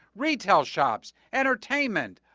retail shops, entertainment,